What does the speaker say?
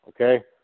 okay